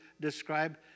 describe